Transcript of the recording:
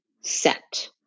set